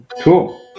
Cool